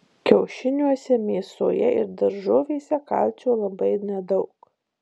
kiaušiniuose mėsoje ir daržovėse kalcio labai nedaug